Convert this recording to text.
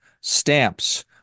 stamps